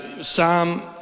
Psalm